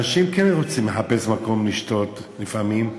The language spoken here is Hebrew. אנשים כן רוצים לחפש מקום לשתות לפעמים.